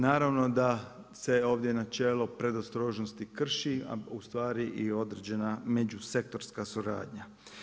Naravno da se ovdje načelo predostrožnosti krši a ustvari i određena međusektorska suradnja.